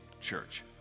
church